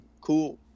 cool